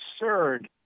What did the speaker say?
absurd